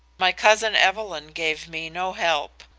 my cousin evelyn gave me no help.